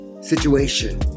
situation